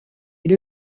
est